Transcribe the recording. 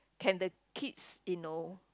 can the kids you know